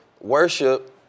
worship